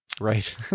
Right